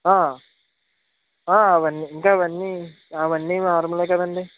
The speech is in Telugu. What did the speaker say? అవన్నీఇంకా అవన్నీ అవన్నీ నార్మల్ కదండి